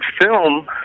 film